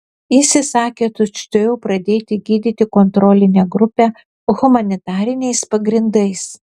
jis įsakė tučtuojau pradėti gydyti kontrolinę grupę humanitariniais pagrindais